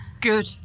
Good